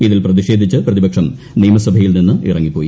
ഇതിൽ പ്രതിഷേധിച്ച് പ്രതിപക്ഷം നിയമസഭയിൽ നിന്നിറങ്ങിപ്പോയി